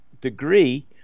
degree